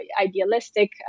idealistic